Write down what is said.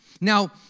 Now